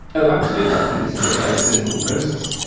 oh absolutely, i think this is a very cynical process.